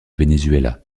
venezuela